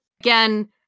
again